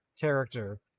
character